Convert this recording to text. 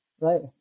right